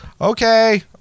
okay